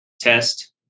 test